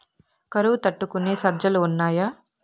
కరువు తట్టుకునే సజ్జలు ఉన్నాయా